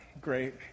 great